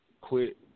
quit